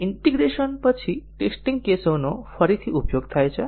integration પછી testing કેસોનો ફરીથી ઉપયોગ થાય છે